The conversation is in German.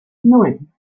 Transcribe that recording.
nan